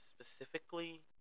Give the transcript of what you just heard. Specifically